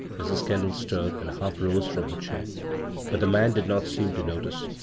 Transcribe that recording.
mrs. kendall stirred and half rose from her chair but the man did not seem to notice,